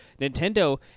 Nintendo